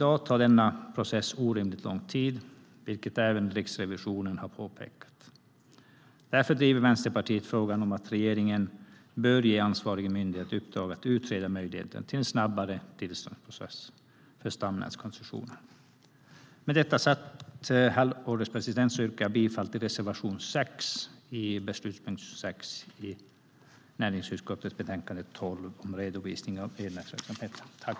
I dag tar denna process orimligt lång tid, vilket även Riksrevisionen har påpekat. Därför driver Vänsterpartiet frågan om att regeringen bör ge ansvariga myndigheter i uppdrag att utreda möjligheterna till en snabbare tillståndsprocess för stamnätskoncessioner. Med detta sagt, herr ålderspresident, yrkar jag bifall till reservation 6 under beslutspunkt 6 i näringsutskottets betänkande 12 om redovisning av elnätsverksamhet.